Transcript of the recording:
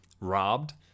Robbed